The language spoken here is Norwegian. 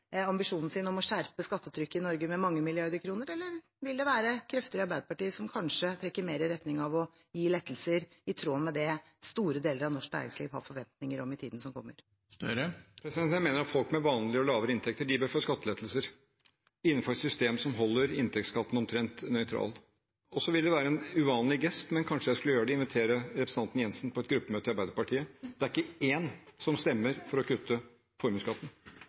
ambisjonen sin om å skjerpe skattetrykket i Norge med mange milliarder kroner, eller vil det være krefter i Arbeiderpartiet som kanskje trekker mer i retning av å gi lettelser, i tråd med det som store deler av norsk næringsliv har forventninger om i tiden som kommer? Jeg mener at folk med vanlige og lavere inntekter bør få skattelettelser, innenfor et system som holder inntektsskatten omtrent nøytral. Det ville være en uvanlig gest, men kanskje jeg skulle gjøre det – invitere representanten Siv Jensen med på et gruppemøte i Arbeiderpartiet. Det er ikke én som stemmer for å kutte i formuesskatten.